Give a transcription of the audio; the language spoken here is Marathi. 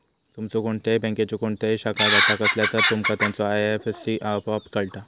तुमचो कोणत्याही बँकेच्यो कोणत्याही शाखात खाता असला तर, तुमका त्याचो आय.एफ.एस.सी आपोआप कळता